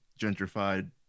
gentrified